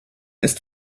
ist